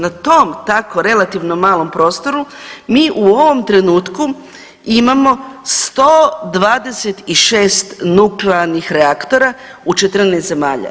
Na tom tako relativno malom prostoru mi u ovom trenutku imamo 126 nuklearnih reaktora u 14 zemalja.